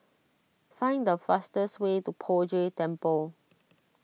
find the fastest way to Poh Jay Temple